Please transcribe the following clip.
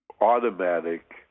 automatic